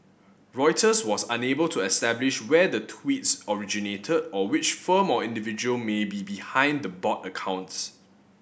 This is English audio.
Reuters was unable to establish where the tweets originated or which formal or individual may be behind the bot accounts